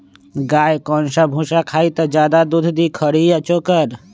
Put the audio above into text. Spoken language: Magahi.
गाय कौन सा भूसा खाई त ज्यादा दूध दी खरी या चोकर?